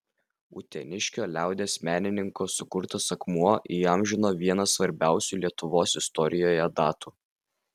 uteniškio liaudies menininko sukurtas akmuo įamžino vieną svarbiausių lietuvos istorijoje datų